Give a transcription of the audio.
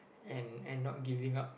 and and not giving up